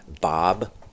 Bob